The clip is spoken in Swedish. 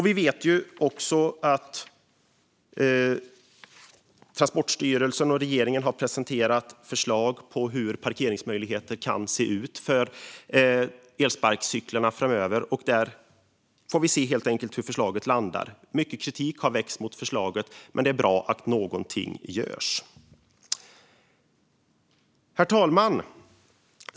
Vi vet att Transportstyrelsen och regeringen har presenterat förslag på hur parkeringsmöjligheterna kan se ut för elsparkcyklarna framöver. Vi får helt enkelt se hur förslaget landar. Mycket kritik har väckts mot det. Men det är bra att någonting görs. Herr talman!